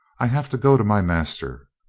i have to go to my master.